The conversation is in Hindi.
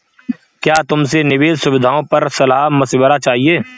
मुझे तुमसे निवेश सुविधाओं पर सलाह मशविरा चाहिए